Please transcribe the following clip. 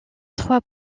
trois